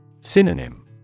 Synonym